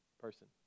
person